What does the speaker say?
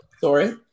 Sorry